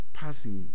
passing